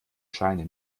scheine